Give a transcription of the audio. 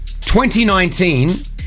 2019